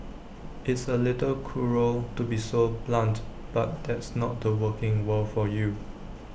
it's A little cruel to be so blunt but that's not the working world for you